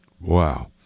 Wow